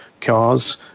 cars